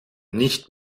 nicht